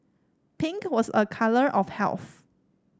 pink was a colour of health